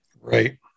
Right